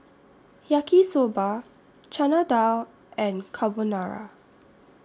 Yaki Soba Chana Dal and Carbonara